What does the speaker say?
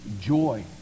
joy